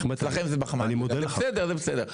זה בסדר.